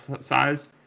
size